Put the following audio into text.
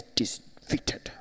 defeated